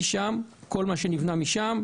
כל מה שנבנה משם,